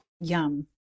Yum